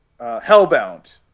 Hellbound